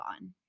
on